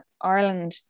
Ireland